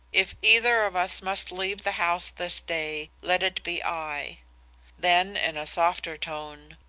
if either of us must leave the house this day, let it be i then in a softer tone,